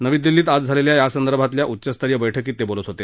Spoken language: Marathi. नवी दिल्लीत आज झालेल्या यासंदर्भातल्या उच्च स्तरीय बैठकीत ते बोलत होते